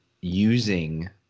using